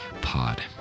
Pod